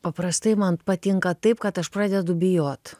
paprastai man patinka taip kad aš pradedu bijot